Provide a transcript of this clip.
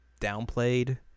downplayed